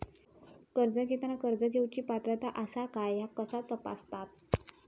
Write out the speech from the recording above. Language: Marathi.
कर्ज घेताना कर्ज घेवची पात्रता आसा काय ह्या कसा तपासतात?